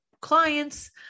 clients